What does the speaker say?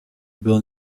byl